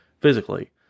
physically